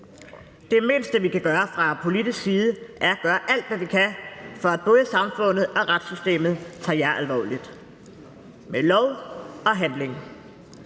Det mindste, vi kan gøre fra politisk side, er at gøre alt, hvad vi kan, for at både samfundet og retssystemet tager jer alvorligt – med lov og handling.